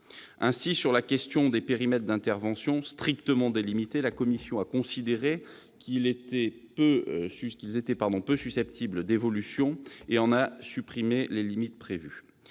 Ainsi, sur la question des périmètres d'intervention strictement délimités, la commission a considéré qu'ils étaient peu susceptibles d'évolution et en a supprimé les limites prévues.